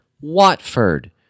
watford